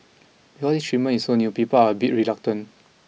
because this treatment is so new people are a bit reluctant